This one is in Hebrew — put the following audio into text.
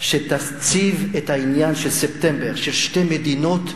תציב את העניין של ספטמבר, של שתי מדינות,